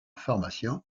pharmacien